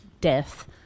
death